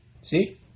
See